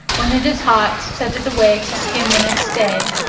when it is hot, set it away to skim the next day,